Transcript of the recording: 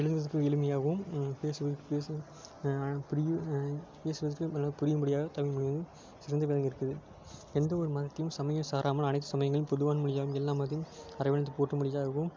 எழுதுவதற்கு எளிமையாகவும் பேசுவதற்கு பேசு புரியும் பேசுவதற்கு நல்லா புரியும்படியாக தமிழ் மொழி வந்து சிறந்து விளங்கியிருக்குது எந்த ஒரு மதத்தையும் சமயம் சாராமல் அனைத்து சமயங்களின் பொதுவான மொழியாக எல்லாம் மதத்தையும் அரவணைத்து போற்றும்படிதாகவும்